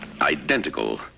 Identical